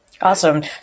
Awesome